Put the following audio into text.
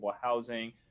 housing